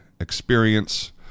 experience